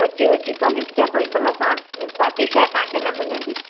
ऊची ऊची क्वालिटी जा बिल्कुलु असां वटि सादी शइ तव्हांखे न मिलंदी